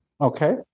Okay